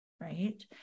right